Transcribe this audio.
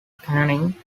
canning